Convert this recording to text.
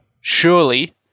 Surely